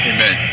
Amen